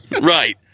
Right